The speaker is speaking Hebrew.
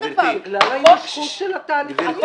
בגלל ההימשכות של התהליכים.